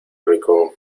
rico